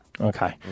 Okay